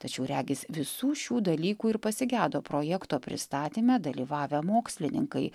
tačiau regis visų šių dalykų ir pasigedo projekto pristatyme dalyvavę mokslininkai